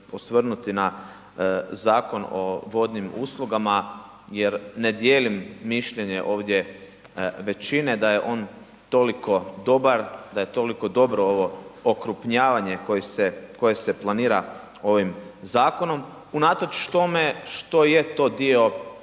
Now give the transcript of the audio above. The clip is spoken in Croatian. na Zakon o vodnim uslugama jer ne dijelim mišljenje ovdje većine da je on toliko dobar, da je toliko dobro ovo okrupnjavanje koje je planira ovim zakonom, unatoč tome što je to dio